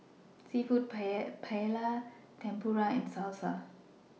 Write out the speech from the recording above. Seafood Paella Tempura and Salsa